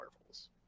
marvels